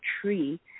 tree